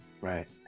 right